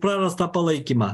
prarastą palaikymą